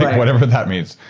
whatever that means,